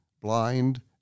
blind